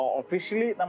officially